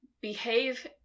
behave